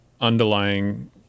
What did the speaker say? underlying